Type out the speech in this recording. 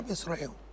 Israel